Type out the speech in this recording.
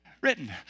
written